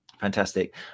fantastic